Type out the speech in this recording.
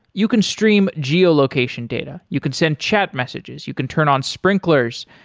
you can stream geo-location data, you can send chat messages, you can turn on sprinklers,